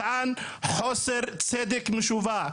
טען חוסר צדק משווע.